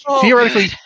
theoretically